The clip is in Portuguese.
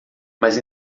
mas